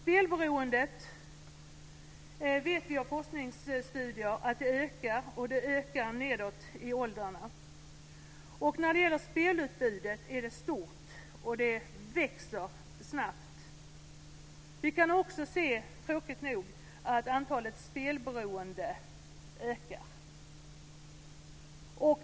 Vi vet genom forskningsstudier att spelberoendet ökar och att det ökar i de lägre åldrarna. Spelutbudet är stort, och det växer snabbt. Tråkigt nog kan vi också se att antalet spelberoende ökar.